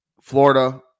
Florida